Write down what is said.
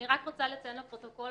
אני רק רוצה לציין לפרוטוקול.